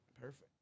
Perfect